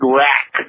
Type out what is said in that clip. rack